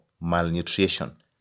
malnutrition